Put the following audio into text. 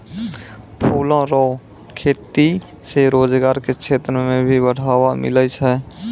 फूलो रो खेती से रोजगार के क्षेत्र मे भी बढ़ावा मिलै छै